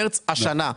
מרץ השנה,